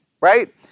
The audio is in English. right